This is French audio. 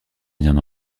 rien